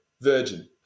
Virgin